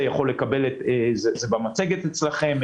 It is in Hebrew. זה מופיע במצגת אצלכם.